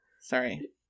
Sorry